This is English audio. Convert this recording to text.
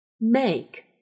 make